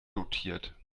dotiert